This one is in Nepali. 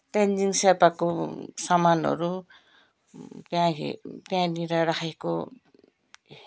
तेन्जिङ सेर्पाको सामानहरू त्यहाँ हे त्यहाँनिर राखेको